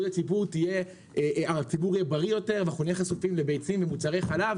הציבור יהיה בריא יותר ונהיה חשופים לביצים ומוצרי חלב